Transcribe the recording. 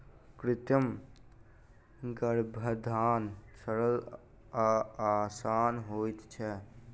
कृत्रिम गर्भाधान सरल आ आसान होइत छै